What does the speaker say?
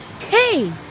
Hey